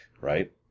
right